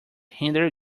hinder